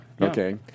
Okay